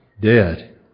dead